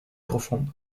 profonde